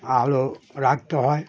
আলো রাখতে হয়